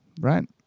Right